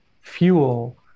fuel